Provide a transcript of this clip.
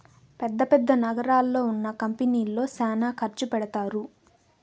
పెద్ద పెద్ద నగరాల్లో ఉన్న కంపెనీల్లో శ్యానా ఖర్చు పెడతారు